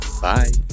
Bye